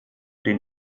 den